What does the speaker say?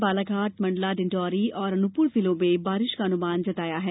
वहीं बालाघाट मंडला डिंडौरी और अनूपपुर जिलों में बारिश का अनुमान जताया गया है